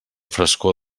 frescor